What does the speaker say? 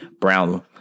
Brown